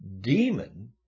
demon